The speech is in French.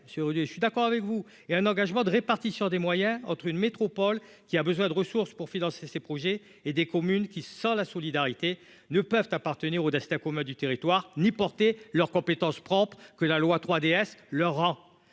sur des je suis d'accord avec vous et un engagement de répartition des moyens entre une métropole qui a besoin de ressources pour financer ses projets et des communes qui sent la solidarité ne peuvent appartenir au destin commun du territoire ni porter leurs compétences propres que la loi 3DS Laurent